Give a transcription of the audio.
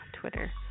Twitter